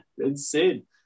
insane